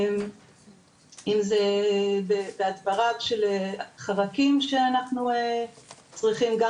אם זה בהדברה של חרקים שאנחנו צריכים גם